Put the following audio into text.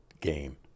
game